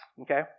okay